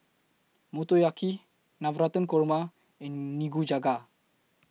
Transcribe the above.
Motoyaki Navratan Korma and Nikujaga